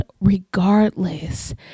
regardless